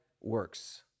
works